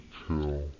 kill